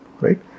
right